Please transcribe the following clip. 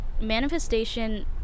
manifestation